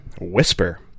Whisper